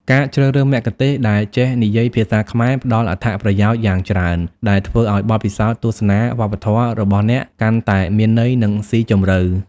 ការជ្រើសរើសមគ្គុទ្ទេសក៍ដែលចេះនិយាយភាសាខ្មែរផ្តល់អត្ថប្រយោជន៍យ៉ាងច្រើន ដែលធ្វើឲ្យបទពិសោធន៍ទស្សនាវប្បធម៌របស់អ្នកកាន់តែមានន័យ និងស៊ីជម្រៅ។